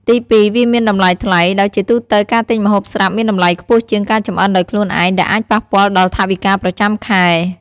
ទីពីរ វាមានតម្លៃថ្លៃ ដោយជាទូទៅការទិញម្ហូបស្រាប់មានតម្លៃខ្ពស់ជាងការចម្អិនដោយខ្លួនឯង ដែលអាចប៉ះពាល់ដល់ថវិកាប្រចាំខែ។